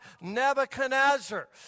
Nebuchadnezzar